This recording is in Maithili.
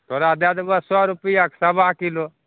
तोरा दए देबऽ सए रुपैआके साबा किलो